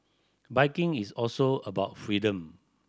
biking is also about freedom